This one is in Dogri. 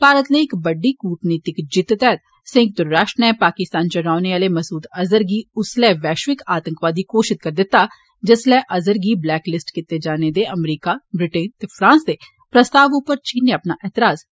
भारत लई इक बड्डी कूटनीतिक जित्त तैहत संयुक्त राष्ट्र नै पाकिस्तान च रौह्ने आह्ले मसूद अजहर गी उसलै अंतर्राश्ट्री आतंकवादी घोषित करी दित्ता जिसलै अजहर गी ब्लैक लिस्ट कीते जाने दे अमरीका ब्रिटेन ते फ्रांस दे प्रस्ताव उप्पर चीन नै अपना ऐतराज़ वापस लेई लैता